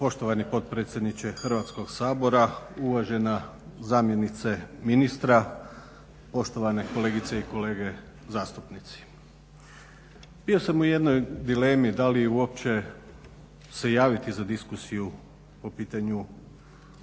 Poštovani potpredsjedniče Hrvatskog sabora, uvažena zamjenice ministra, poštovane kolegice i kolege zastupnici. Bio sam u jednoj dilemi da li uopće se javiti za diskusiju po pitanju nadopune